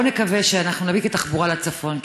בוא נקווה שאנחנו נביא תחבורה לצפון,